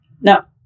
Now